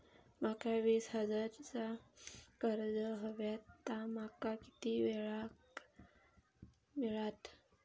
माका वीस हजार चा कर्ज हव्या ता माका किती वेळा क मिळात?